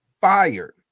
fired